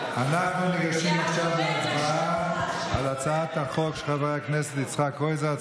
אנחנו ניגשים עכשיו להצבעה על הצעת החוק של חבר הכנסת יצחק קרויזר,